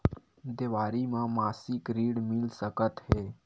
देवारी म मासिक ऋण मिल सकत हे?